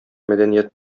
мәдәният